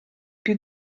più